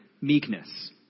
meekness